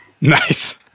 Nice